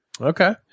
Okay